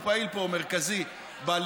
הוא פעיל פה מרכזי בליכוד.